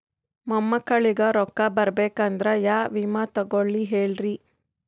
ಮೊಮ್ಮಕ್ಕಳಿಗ ರೊಕ್ಕ ಬರಬೇಕಂದ್ರ ಯಾ ವಿಮಾ ತೊಗೊಳಿ ಹೇಳ್ರಿ?